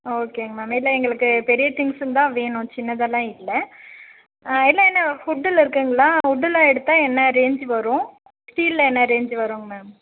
ஓகேங்க மேம் இதில் எங்களுக்கு பெரிய திங்க்ஸ்ஸுந்தாக வேணும் சின்னதெல்லாம் இல்லை இதில் என்ன ஹுட்டில் இருக்குங்களா உட்டில் எடுத்தால் என்ன ரேஞ்சு வரும் ஸ்டீலில் என்ன ரேஞ்சு வருங்க மேம்